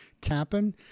tapping